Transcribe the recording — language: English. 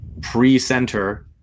pre-center